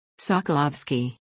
Sokolovsky